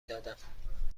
دادم